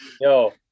yo